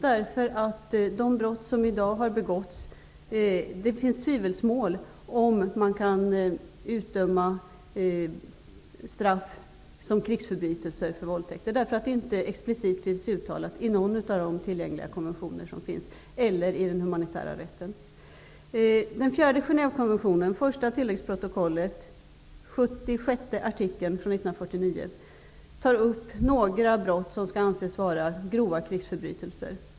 Man är i tvivelsmål huruvida man kan utdöma straff för våldtäkter som krigsförbrytelser, eftersom detta inte explicit finns uttalat i någon av de konventioner som finns och inte heller i den humanitära rätten. uppräknas några brott som skall anses vara grova krigsförbrytelser.